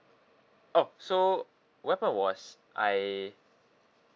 oh so what happened was I